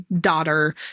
daughter